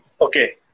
Okay